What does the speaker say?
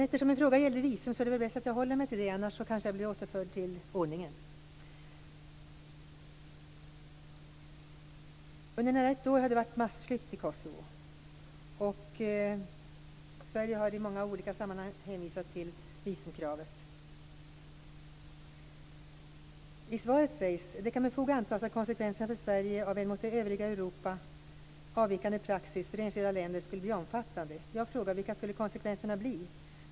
Eftersom min fråga gällde visum är det bäst att jag håller mig till det, annars blir jag kanske återförd till ordningen. Under nära ett år har det varit massflykt i Kosovo. Sverige har i många olika sammanhang hänvisat till visumkravet. I svaret sägs att det med fog kan antas att konsekvenserna för Sverige av en mot det övriga Europa avvikande praxis för enskilda länder skulle bli omfattande. Jag frågar vilka konsekvenserna skulle bli.